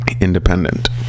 independent